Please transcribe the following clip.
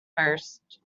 first